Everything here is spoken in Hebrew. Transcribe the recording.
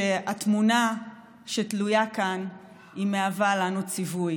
והתמונה שתלויה כאן מהווה לנו ציווי